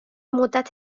مدت